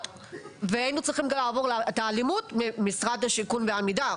היינו גם צריכים לעבור את האלימות של משרד השיכון ועמידר,